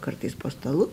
kartais po stalu